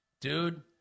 dude